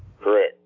Correct